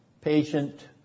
Patient